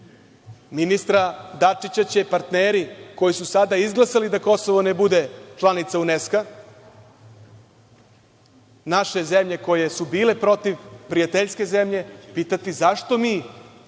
Ministra Dačića će partneri, koji su sada izglasali da Kosovo ne bude članica UNESKO, naše zemlje koje su bile protiv, prijateljske zemlje, pitati – zašto mi